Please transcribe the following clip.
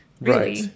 Right